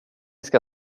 ska